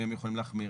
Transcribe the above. האם הם יכולים להחמיר,